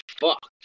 fucked